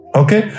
okay